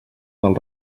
del